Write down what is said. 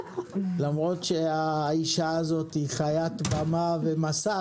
למרות שהאישה הזאת היא חיית במה ומסך,